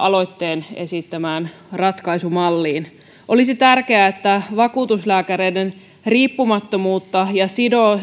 aloitteen esittämään ratkaisumalliin olisi tärkeää että vakuutuslääkäreiden riippumattomuutta ja